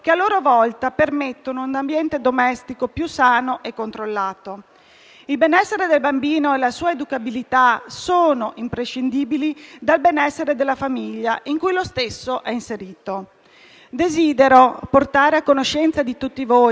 volta permettono un ambiente domestico più sano e controllato. Il benessere del bambino e la sua educabilità sono imprescindibili dal benessere della famiglia in cui lo stesso è inserito. Desidero portare a conoscenza di tutti voi